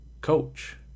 coach